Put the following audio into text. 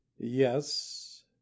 Yes